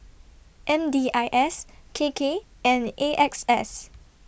M D I S K K and A X S